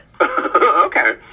Okay